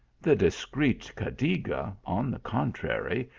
the discreet cadiga, on the contrary,